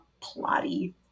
plotty